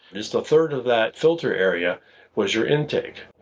is the third of that filter area was your intake.